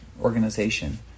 organization